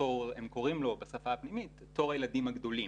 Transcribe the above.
הם קוראים לו בשפה הפנימית "תור הילדים הגדולים".